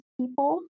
people